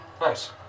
Nice